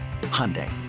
Hyundai